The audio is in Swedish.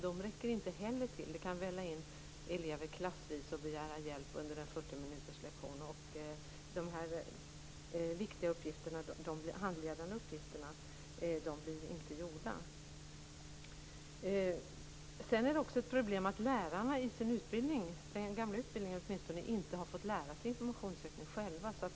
De räcker inte heller till. Det kan välla in elever klassvis och begära hjälp under en 40 minuterslektion. De viktiga, handledande uppgifterna blir inte gjorda. Det är också ett problem att lärarna inte i sin utbildning, åtminstone inte i den gamla utbildningen, fått lära sig informationssökning själva.